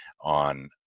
on